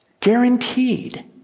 Guaranteed